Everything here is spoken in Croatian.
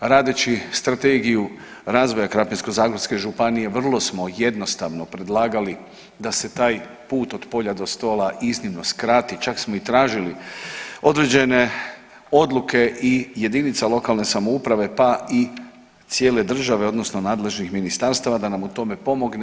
Radeći Strategiju razvoja Krapinsko-zagorske županije vrlo smo jednostavno predlagali da se taj put od polja do stola iznimno skrati, čak smo i tražili određene odluke i jedinica lokalne samouprave pa i cijele države odnosno nadležnih ministarstava da nam u tome pomogne.